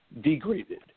degraded